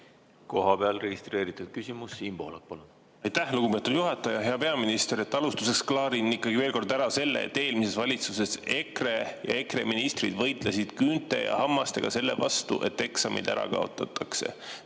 Kohapeal registreeritud küsimus, Siim Pohlak, palun! Aitäh, lugupeetud juhataja! Hea peaminister! Alustuseks klaarin ikkagi veel kord ära selle: eelmises valitsuses EKRE ja EKRE ministrid võitlesid küünte ja hammastega selle vastu, et eksamid ära kaotatakse.